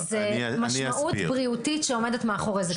זו משמעות בריאותית שעומדת מאחורי זה.